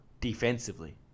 defensively